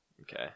Okay